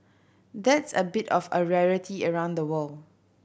that's a bit of a rarity around the world